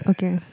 Okay